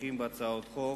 ממשיכים בקידום הצעת החוק.